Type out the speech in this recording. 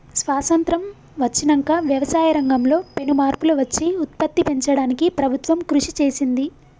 స్వాసత్రం వచ్చినంక వ్యవసాయ రంగం లో పెను మార్పులు వచ్చి ఉత్పత్తి పెంచడానికి ప్రభుత్వం కృషి చేసింది